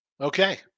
Okay